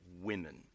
women